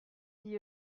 dit